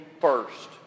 first